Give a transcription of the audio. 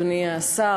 אדוני השר,